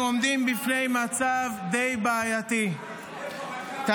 כרגע אנחנו עומדים בפני מצב די בעייתי -- אתה פרוקסי של קרעי.